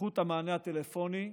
איכות המענה הטלפוני.